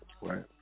right